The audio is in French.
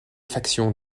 factions